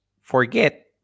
forget